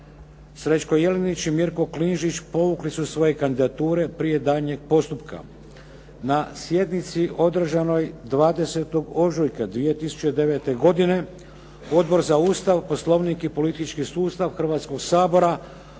Srećko Jelinić i Mirko Klinžić povukli su svoje kandidature prije daljnjeg postupka. Na sjednici održanoj 20. ožujka 2009. godine Odbor za Ustav, Poslovnik i politički sustav Hrvatskoga sabora